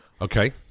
Okay